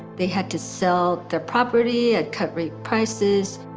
they had to sell their property at cut-rate prices.